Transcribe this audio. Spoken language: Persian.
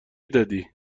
دادی